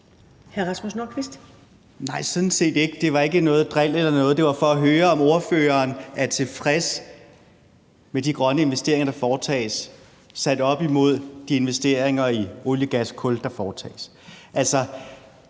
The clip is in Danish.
Nej, sådan set ikke. Det var ikke noget dril eller noget. Det var for at høre, om ordføreren er tilfreds med de grønne investeringer, der foretages, sat op imod de investeringer i olie, gas og kul, der foretages.